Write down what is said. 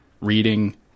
reading